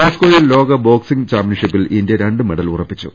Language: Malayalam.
മോസ്കോയിൽ ലോക ബോക്സിംഗ് ചാമ്പ്യൻഷിപ്പിൽ ഇന്ത്യ രണ്ട് മെഡലുകൾ ഉറപ്പിച്ചു